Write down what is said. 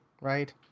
right